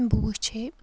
بہٕ وٕچھے